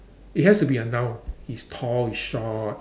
it has to be a noun he's tall he's short